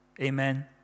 Amen